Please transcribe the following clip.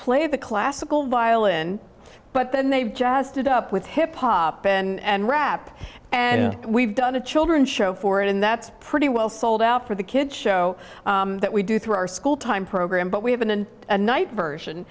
played the classical violin but then they've just it up with hip hop and rap and we've done a children's show for it and that's pretty well sold out for the kids show that we do through our school time program but we have been in a night version